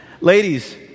Ladies